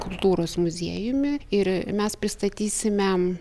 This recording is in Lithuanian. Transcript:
kultūros muziejumi ir mes pristatysime